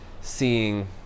seeing